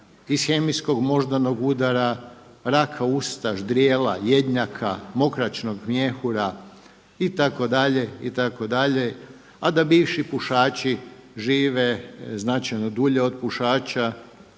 ishemijskog moždanog udara, raka usta, ždrijela, jednjaka, mokraćnog mjehura itd. itd. A da bivši pušači žive značajno dulje od pušača